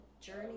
Journey